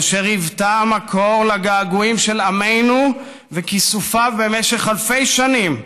אשר הייתה מקור לגעגועים של עמנו וכיסופיו במשך אלפי שנים,